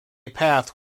path